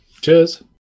Cheers